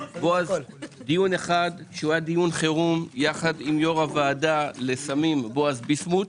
דיון שהיה דיון חירום יחד עם יו"ר הוועדה לסמים בועז ביסמוט,